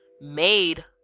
made